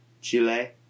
Chile